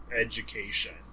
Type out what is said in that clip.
education